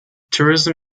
tourism